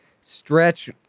stretch